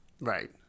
Right